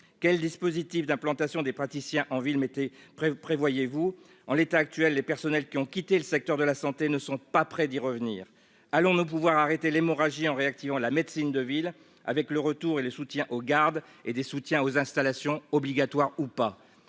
quel dispositif d'implantation des praticiens en ville mettait près prévoyez-vous en l'état actuel, les personnels qui ont quitté le secteur de la santé ne sont pas près d'y revenir, allons, ne pouvoir arrêter l'hémorragie en réactivant la médecine de ville, avec le retour et le soutien aux gardes et des soutiens aux installations obligatoire ou pas